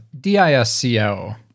D-I-S-C-O